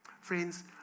Friends